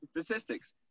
statistics